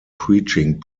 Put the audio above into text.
preaching